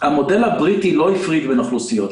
המודל הבריטי לא הפריד בין אוכלוסיות.